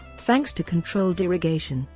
thanks to controlled irrigation,